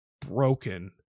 broken